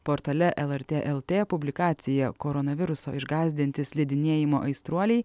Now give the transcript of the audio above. portale lrt lt publikacija koronaviruso išgąsdinti slidinėjimo aistruoliai